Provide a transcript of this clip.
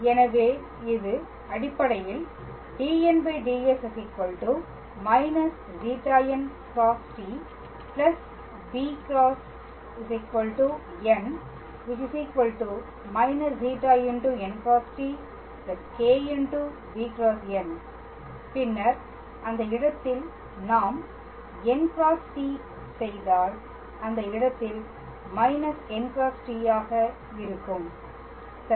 எனவே இது அடிப்படையில் dnds −ζn × t b × n −ζ n × t κ b × n பின்னர் அந்த இடத்தில் நாம் n × t செய்தால் அந்த இடத்தில் n × t ஆக இருக்கும் சரி